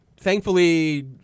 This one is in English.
Thankfully